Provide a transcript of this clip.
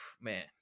man